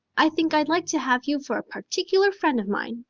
i think i'd like to have you for a particular friend of mine,